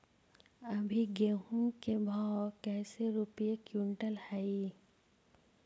अभी गेहूं के भाव कैसे रूपये क्विंटल हई?